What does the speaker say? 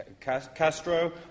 Castro